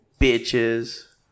Bitches